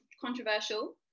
controversial